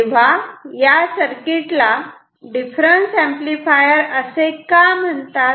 तेव्हा या सर्किट ला डिफरन्स एंपलीफायर असे का म्हणतात